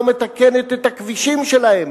לא מתקנת את הכבישים שלהם,